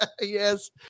Yes